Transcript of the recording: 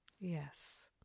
Yes